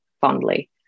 fondly